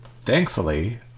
Thankfully